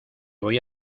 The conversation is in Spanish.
voy